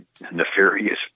nefarious